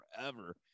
forever